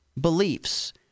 beliefs